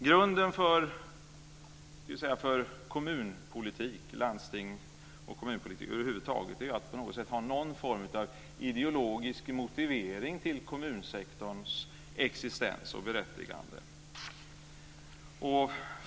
Grunden för landstings och kommunpolitik över huvud taget är att det finns någon form av ideologisk motivering till kommunsektorns existens och berättigande.